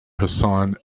hassan